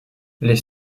les